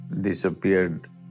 disappeared